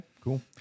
cool